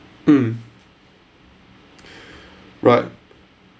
mm right